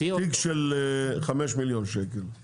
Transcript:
תיק של חמישה מיליון שקל,